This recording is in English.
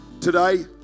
today